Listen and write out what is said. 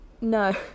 no